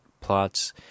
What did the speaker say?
plots